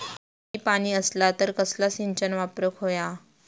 कमी पाणी असला तर कसला सिंचन वापराक होया?